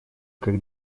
как